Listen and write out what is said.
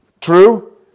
True